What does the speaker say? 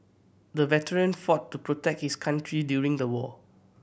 the veteran fought to protect his country during the war